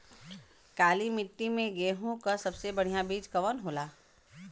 काली मिट्टी में गेहूँक सबसे बढ़िया बीज कवन होला?